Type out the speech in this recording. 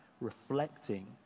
reflecting